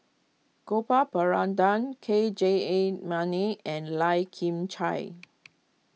Gopal Baratham K Jayamani and Lai Kim Chai